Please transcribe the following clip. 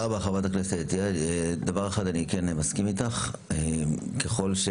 אני מסכים איתך בדבר אחד,